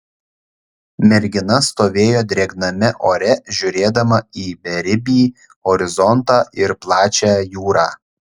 mergina stovėjo drėgname ore žiūrėdama į beribį horizontą ir plačią jūrą